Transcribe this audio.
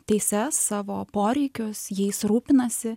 teises savo poreikius jais rūpinasi